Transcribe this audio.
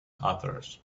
others